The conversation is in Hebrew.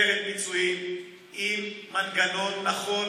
קרן פיצויים עם מנגנון נכון,